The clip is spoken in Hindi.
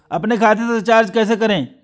अपने खाते से रिचार्ज कैसे करें?